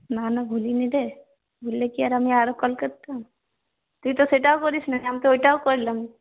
না না ভুলিনি রে ভুললে কি আর আমি কল করতাম তুই তো সেটাও করিস না আমি তো ওইটাও করলাম